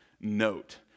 note